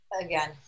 again